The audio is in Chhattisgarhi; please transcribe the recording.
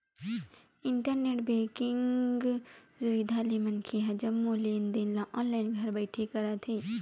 इंटरनेट बेंकिंग सुबिधा ले मनखे ह जम्मो लेन देन ल ऑनलाईन घर बइठे करत हे